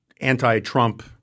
anti-Trump